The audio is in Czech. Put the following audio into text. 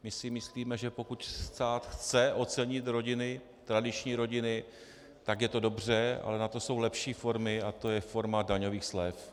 My si myslíme, že pokud stát chce ocenit tradiční rodiny, je to dobře, ale na to jsou lepší formy, a to je forma daňových slev.